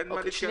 אין מה להתכנס.